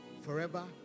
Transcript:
Forever